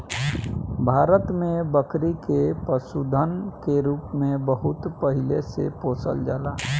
भारत में बकरी के पशुधन के रूप में बहुत पहिले से पोसल जाला